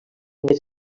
més